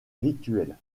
rituel